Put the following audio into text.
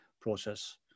process